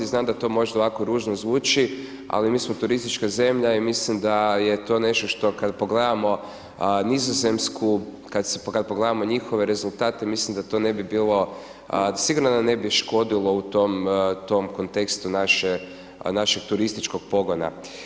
I znam da to možda ovako ružno zvuči ali mi smo turistička zemlja i mislim da je to nešto što kada pogledamo Nizozemsku, kada pogledamo njihove rezultate mislim da to ne bi bilo, sigurno da ne bi škodilo u tom kontekstu našeg turističkog pogona.